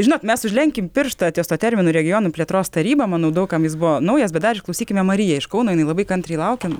žinot mes užlenkim pirštą ties tuo terminu regionų plėtros taryba manau daug kam jis buvo naujas bet dar išklausykime mariją iš kauno jinai labai kantriai laukiant